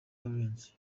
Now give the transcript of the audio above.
alliance